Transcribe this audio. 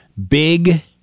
Big